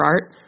art